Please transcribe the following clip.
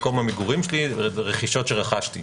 מקום המגורים שלי ברכישות שרכשתי.